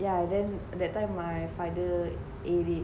yeah and then that time my father ate it